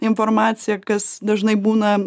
informaciją kas dažnai būna